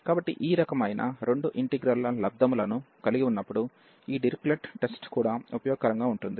కాబట్టి ఈ రకమైన రెండు ఇంటిగ్రల్ ల లబ్దములను కలిగి ఉన్నప్పుడు ఈ డిరిచ్లెట్ టెస్ట్Dirichlet's test కూడా ఉపయోగకరంగా ఉంటుంది